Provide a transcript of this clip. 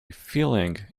feeling